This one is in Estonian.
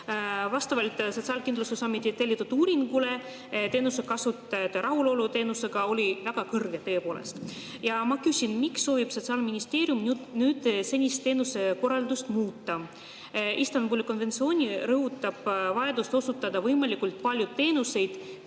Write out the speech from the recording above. Vastavalt Sotsiaalkindlustusameti tellitud uuringule oli teenuse kasutajate rahulolu teenusega tõepoolest väga kõrge. Ja ma küsin: miks soovib Sotsiaalministeerium senist teenuse korraldust muuta? Istanbuli konventsioon rõhutab vajadust osutada võimalikult palju teenuseid